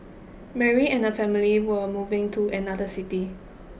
Mary and her family were moving to another city